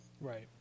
Right